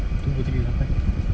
tu puteri dah sampai